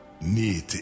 Need